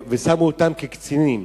ושמו אותם כקצינים.